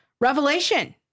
revelation